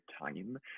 time